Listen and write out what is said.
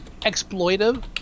exploitive